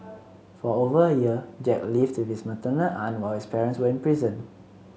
for over a year Jack lived with his maternal aunt while his parents were in prison